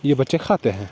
یہ بچے کھاتے ہیں